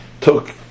took